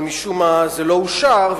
אבל משום מה זה לא אושר,